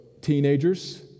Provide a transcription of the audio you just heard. teenagers